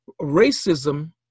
racism